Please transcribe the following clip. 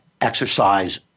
exercise